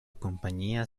compañía